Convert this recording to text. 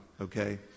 okay